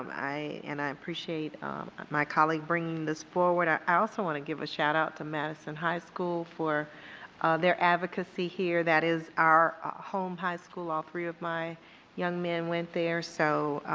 i and i appreciate my colleague bringing this forward. i also want to give a shout out to madison high school for their advocacy here. that is our home high school, all three of my young men went there. so